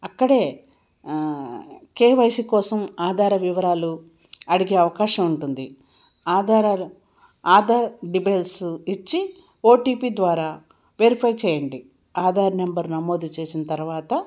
అక్కడే కేవైసీ కోసం ఆధార వివరాలు అడిగే అవకాశం ఉంటుంది ఆధారాలు ఆధార్ డీటెయిల్స్ ఇచ్చి ఓటీపీ ద్వారా వెరిఫై చేయండి ఆధార నెంబర్ నమోదు చేసిన తర్వాత